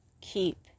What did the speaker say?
keep